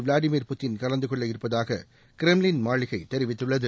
Vladimir Putin கலந்து கொள்ள இருப்பதாக க்ரெம்லின் மாளிகை தெரிவிததுள்ளது